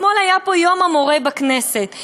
אתמול היה יום המורה פה בכנסת.